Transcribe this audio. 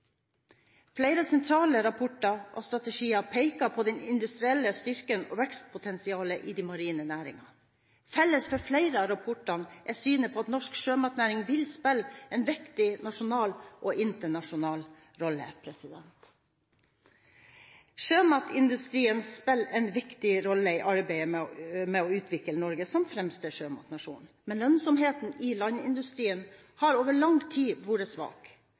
Flere sentrale rapporter og strategier peker på den industrielle styrken og vekstpotensialet i de marine næringene. Felles for flere av rapportene er synet på at norsk sjømatnæring vil spille en viktig nasjonal og internasjonal rolle. Sjømatindustrien spiller en viktig rolle i arbeidet med å utvikle Norge som verdens fremste sjømatnasjon. Men lønnsomheten i landindustrien har over lang tid vært svak,